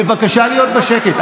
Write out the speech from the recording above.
בבקשה להיות בשקט.